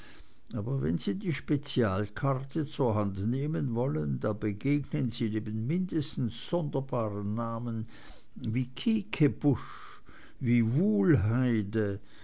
aber wenn sie die spezialkarte zur hand nehmen wollen da begegnen sie neben mindestens sonderbaren namen wie kiekebusch wie